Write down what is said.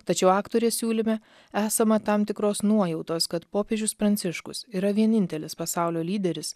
tačiau aktorės siūlyme esama tam tikros nuojautos kad popiežius pranciškus yra vienintelis pasaulio lyderis